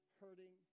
hurting